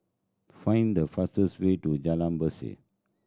find the fastest way to Jalan Berseh